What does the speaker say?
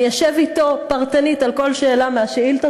אני אשב אתו פרטנית על כל שאלה מהשאילתות